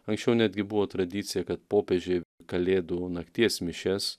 anksčiau netgi buvo tradicija kad popiežiai kalėdų nakties mišias